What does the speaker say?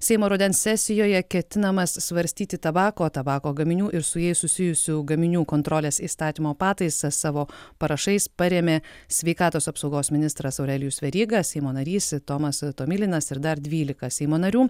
seimo rudens sesijoje ketinamas svarstyti tabako tabako gaminių ir su jais susijusių gaminių kontrolės įstatymo pataisas savo parašais parėmė sveikatos apsaugos ministras aurelijus veryga seimo narys tomas tomilinas ir dar dvylika seimo narių